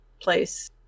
place